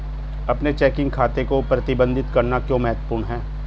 अपने चेकिंग खाते को प्रबंधित करना क्यों महत्वपूर्ण है?